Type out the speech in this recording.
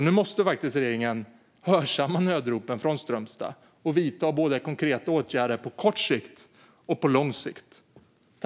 Nu måste regeringen faktiskt hörsamma nödropen från Strömstad och vidta konkreta åtgärder på både kort sikt och lång sikt.